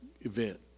event